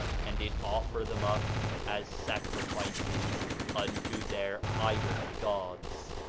and did offer them up as sacrifices unto their idol gods.